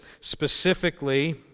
specifically